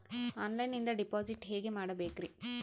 ಆನ್ಲೈನಿಂದ ಡಿಪಾಸಿಟ್ ಹೇಗೆ ಮಾಡಬೇಕ್ರಿ?